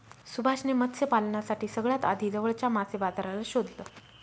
सुभाष ने मत्स्य पालनासाठी सगळ्यात आधी जवळच्या मासे बाजाराला शोधलं